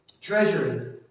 treasury